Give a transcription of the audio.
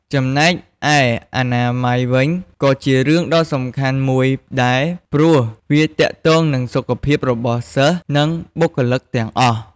ចំណែកឯអនាម័យវិញក៏ជារឿងដ៏សំខាន់មួយដែរ ព្រោះវាទាក់ទងនឹង សុខភាពរបស់សិស្ស និងបុគ្គលិកទាំងអស់។